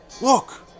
Look